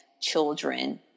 children